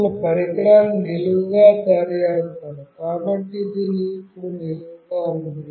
ఇప్పుడు నేను ఈ పరికరాన్ని నిలువుగా తయారు చేస్తాను కాబట్టి ఇది ఇప్పుడు నిలువుగా ఉంది